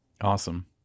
Awesome